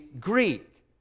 Greek